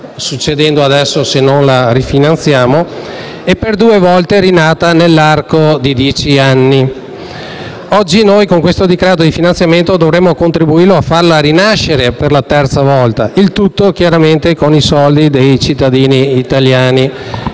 accadendo ora, se non la rifinanziamo) e per due volte rinata nell'arco di dieci anni. Oggi noi, con questo decreto di finanziamento, dovremmo contribuire a farla rinascere per la terza volta, il tutto, chiaramente, con i soldi dei cittadini italiani.